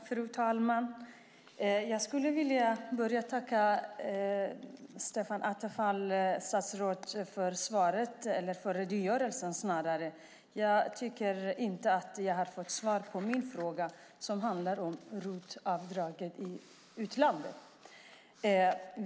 Fru talman! Jag tackar ministern Stefan Attefall för svaret, eller snarare för redogörelsen. Jag tycker inte att jag har fått svar på min fråga om ROT-avdraget i utlandet.